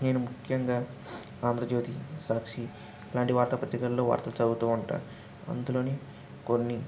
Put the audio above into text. నేను ముఖ్యంగా ఆంధ్రజ్యోతి సాక్షి ఇలాంటి వార్తాపత్రికలలో వార్తలు చదువుతు ఉంటాను అందులోని కొన్ని